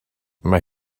mae